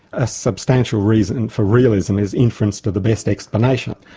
a substantial reason for realism is inference to the best explanation.